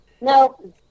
no